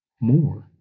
More